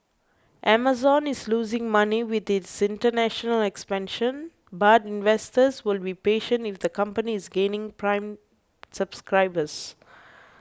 Amazon is losing money with its international expansion but investors will be patient if the company is gaining prime subscribers